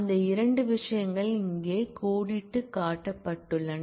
அந்த இரண்டு விஷயங்கள் இங்கே கோடிட்டுக் காட்டப்பட்டுள்ளன